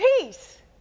peace